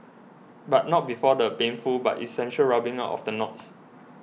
but not before the painful but essential rubbing out of the knots